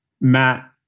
Matt